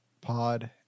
Pod